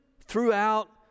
throughout